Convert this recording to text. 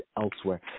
elsewhere